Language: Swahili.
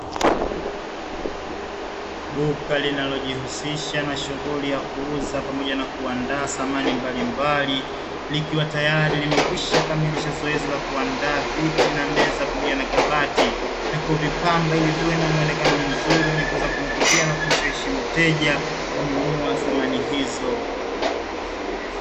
Duka linalojihusisha na shughuli ya kuuza pamoja na kuandaa samani mbalimbali, likiwa tayari limekwishakamilisha zoezi la kuandaa viti na meza pamoja na kabati, na kuvipamba ili viwe na muonekano mzuri wenye kuweza kumvutia na kumshawishi mteja, kununua samani hizo.